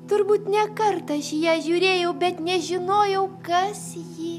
turbūt ne kartą aš į ją žiūrėjau bet nežinojau kas ji